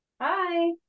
Hi